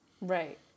Right